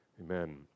Amen